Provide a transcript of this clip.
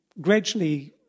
gradually